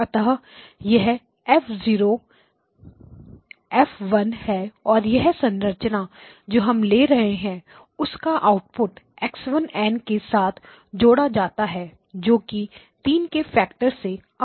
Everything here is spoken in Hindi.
अतः यह ¿ F0 ∨¿¿ F1 ∨¿ है और यह संरचना जो हम ले रहे हैं उसका आउटपुट x1n के साथ जोड़ा जाता है जो कि 3 के फैक्टर से अप सैंपल है